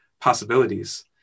possibilities